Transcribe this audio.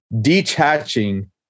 detaching